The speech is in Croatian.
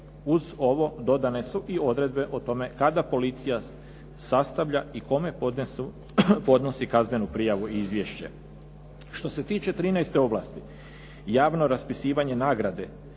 Uz ovo dodane su i odredbe o tome kada policija sastavlja i kome podnosi kaznenu prijavu i izvješće. Što se tiče trinaeste ovlasti javno raspisivanje nagrade